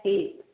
ठीक